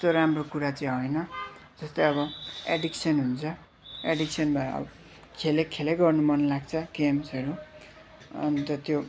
त्यस्तो राम्रो कुरा चाहिँ होइन जस्तै अब एडिक्सन हुन्छ एडिक्सन भए अब खेलेको खेलै गर्नु मन लाग्छ गेम्सहरू अन्त त्यो